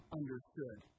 understood